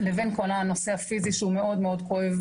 לבין כל הנושא הפיזי שהוא באמת מאוד כואב